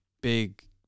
big